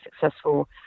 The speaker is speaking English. successful